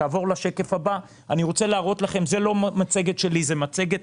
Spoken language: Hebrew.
בשקף הבא זה לא מצגת שלי, זה מצגת